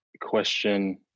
question